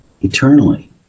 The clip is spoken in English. eternally